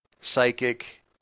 psychic